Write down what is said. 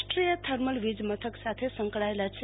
રાષ્ટ્રીય થર્મલ વીજમથક સાથે સંકળાયેલા છે